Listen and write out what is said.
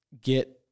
get